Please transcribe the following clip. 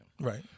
Right